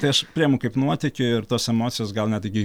tai aš priimu kaip nuotykį ir tos emocijos gal net iki